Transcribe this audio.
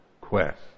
quest